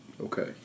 Okay